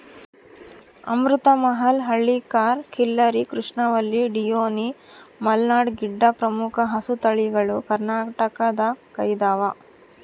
ಅಮೃತ ಮಹಲ್ ಹಳ್ಳಿಕಾರ್ ಖಿಲ್ಲರಿ ಕೃಷ್ಣವಲ್ಲಿ ಡಿಯೋನಿ ಮಲ್ನಾಡ್ ಗಿಡ್ಡ ಪ್ರಮುಖ ಹಸುತಳಿಗಳು ಕರ್ನಾಟಕದಗೈದವ